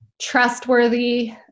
trustworthy